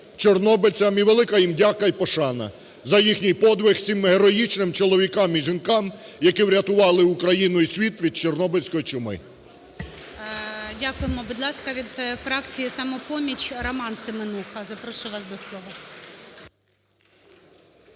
чорнобильцям. І велика їм дяка й пошана за їхній подвиг, цим героїчним чоловікам і жінкам, які врятували Україну і світ від чорнобильської чуми. (Оплески) ГОЛОВУЮЧИЙ. Дякуємо. Будь ласка, від фракції "Самопоміч", Роман Семенуха. Запрошую вас до слова.